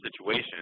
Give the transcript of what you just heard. situation